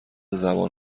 زبان